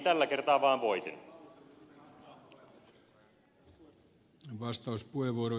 tällä kertaa vaan voitin